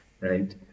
right